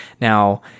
Now